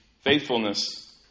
faithfulness